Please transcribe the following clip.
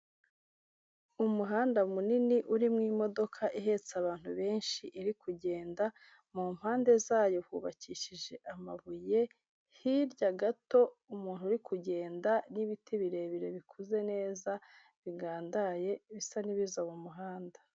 Umuhanda munini urimo imodoka ihetse abantu benshi irikugenda, mu mpande zayo hubakishije amabuye, hirya gato umuntu urikugenda n'ibiti birebire bikuze neza, bigandaye bisa n'ibiza mu muhanda.